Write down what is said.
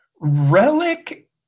Relic